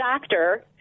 doctor